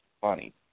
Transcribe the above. funny